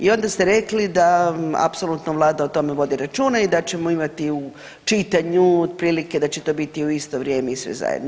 I onda ste rekli da apsolutno vlada o tome vodit računa i da ćemo imati u čitanju otprilike da će to biti u isto vrijeme i sve zajedno.